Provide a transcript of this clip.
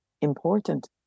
important